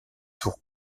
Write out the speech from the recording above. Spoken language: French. tour